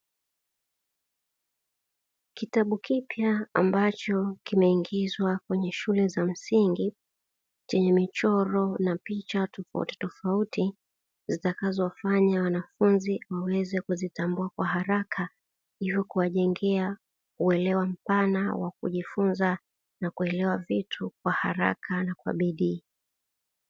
Kitabu kipya ambacho kimeingizwa kwenye shule za msingi, chenye michoro na picha tofauti tofauti zitakazo wafanya wanafunzi waweze kuzitambua kwa haraka, hivyo kuwajengea ueleewa mpana wa kujifunza na kuelewa vitu kwa haraka na kwa bidii.